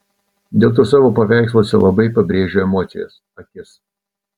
dėl to savo paveiksluose labai pabrėžiu emocijas akis